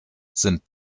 sind